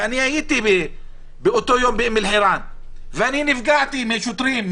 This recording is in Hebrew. ואני הייתי באותו יום באום אל חיראן ואני נפגעתי משוטרים,